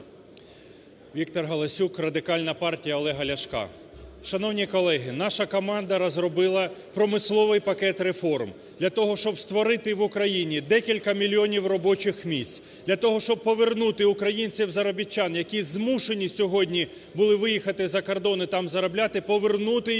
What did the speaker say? Віктор Галасюк, Радикальна партія Олега Ляшка. Шановні колеги! Наша команда розробила промисловий пакет реформ. Для того, щоб створити в Україні декілька мільйонів робочих місць. Для того, щоб повернути українців-заробітчан, які змушені сьогодні були виїхати за кордон і там заробляти, повернути їх